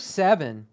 seven